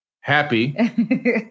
happy